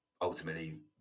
ultimately